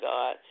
God